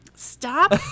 Stop